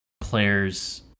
players